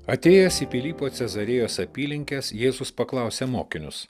atėjęs į pilypo cezarėjos apylinkes jėzus paklausė mokinius